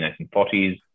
1940s